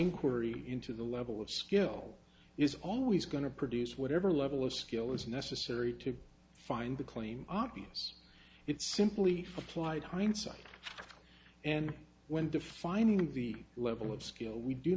inquiry into the level of skill is always going to produce whatever level of skill is necessary to find the claim obvious it's simply applied hindsight and when defining the level of skill we do